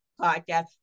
podcast